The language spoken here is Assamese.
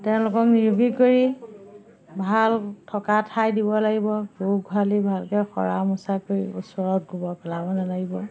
তেওঁলোকক নিৰোগী কৰি ভাল থকা ঠাই দিব লাগিব গৰু গোহালি ভালকে সৰা মোচা কৰি ওচৰত গোবৰ পেলাব নালাগিব